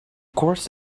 course